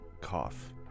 Cough